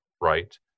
right